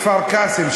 כפר-קאסם,